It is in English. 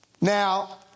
Now